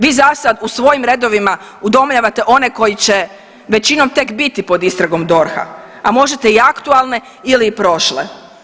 Vi za sad u svojom redovima udomljavate one koji će većinom tek biti pod istragom DORH-a, a možete i aktualne ili prošle.